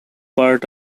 part